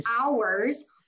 hours